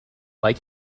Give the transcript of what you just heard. like